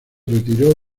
retiró